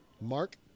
Mark